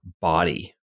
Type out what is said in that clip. body